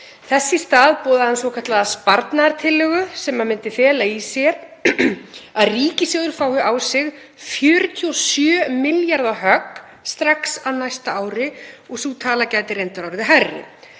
Þess í stað boðaði hann svokallaða sparnaðartillögu sem myndi fela í sér að ríkissjóður fái á sig 47 milljarða högg strax á næsta ári og sú tala gæti reyndar orðið hærri.